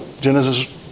Genesis